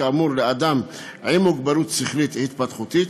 כאמור: "אדם עם מוגבלות שכלית התפתחותית".